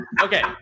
Okay